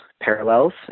parallels